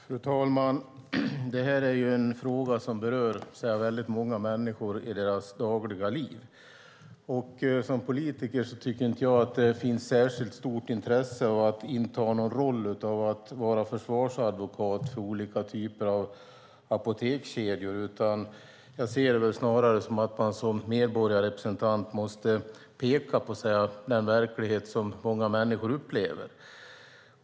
Fru talman! Det här är en fråga som berör många människor i deras dagliga liv. Som politiker tycker jag inte att det finns något större intresse av att inta en roll som försvarsadvokat för olika apotekskedjor. Jag tycker snarare att man som medborgarrepresentant måste peka på den verklighet som många människor upplever.